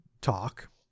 talk